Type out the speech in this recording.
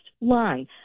line